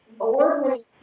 award-winning